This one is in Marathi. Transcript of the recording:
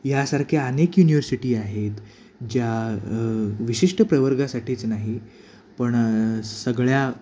ह्यासारख्या अनेक युनिव्हर्सिटी आहेत ज्या विशिष्ट प्रवर्गासाठीच नाही पण सगळ्या